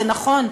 זה נכון,